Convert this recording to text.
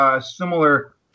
similar